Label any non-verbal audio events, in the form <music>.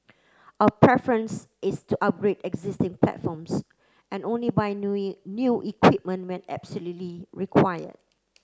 our preference is to upgrade existing platforms and only buy <unintelligible> new equipment when absolutely required